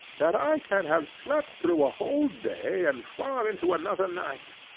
that i can have slept through a whole day and far into another night.